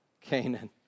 Canaan